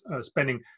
spending